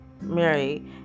Mary